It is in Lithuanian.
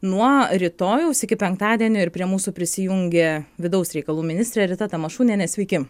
nuo rytojaus iki penktadienio ir prie mūsų prisijungė vidaus reikalų ministrė rita tamašunienė sveiki